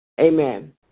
Amen